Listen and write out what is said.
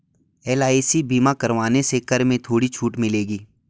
LIC बीमा करवाने से कर में थोड़ी छूट मिलेगी